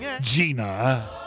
Gina